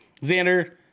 Xander